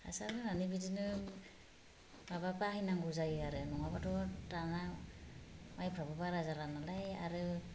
हासार होनानै बिदिनो माबा बाहायनांगौ जायो आरो नङाबाथ' दाना माइफ्राबो बारा जाला नालाय आरो